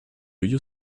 your